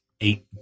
Eight